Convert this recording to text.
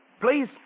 Please